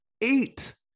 eight